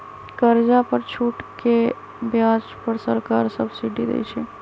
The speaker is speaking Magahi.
कर्जा पर छूट के ब्याज पर सरकार सब्सिडी देँइ छइ